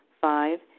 Five